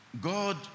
God